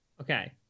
okay